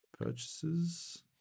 purchases